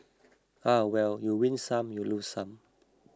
ah well you win some you lose some